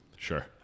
Sure